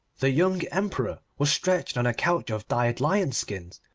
the young emperor was stretched on a couch of dyed lion skins,